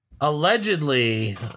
Allegedly